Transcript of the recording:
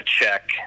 check